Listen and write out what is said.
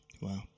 Wow